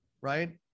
right